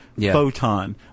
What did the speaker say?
photon